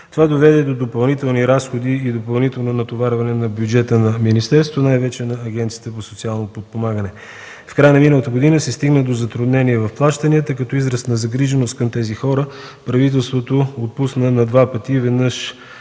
Това доведе до допълнителни разходи и допълнително натоварване на бюджета на министерството, най-вече на Агенцията по социално подпомагане. В края на миналата година се стигна до затруднение в плащанията. Като израз на загриженост към тези хора правителството отпусна на два пъти – веднъж